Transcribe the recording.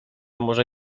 może